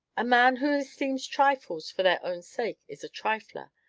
a man who esteems trifles for their own sake is a trifler,